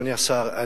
אדוני השר,